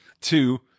Two